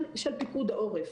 של פיקוד העורף,